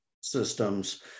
systems